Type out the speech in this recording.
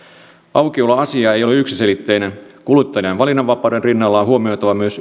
aukioloaika asia ei ole yksiselitteinen kuluttajien valinnanvapauden rinnalla on huomioitava myös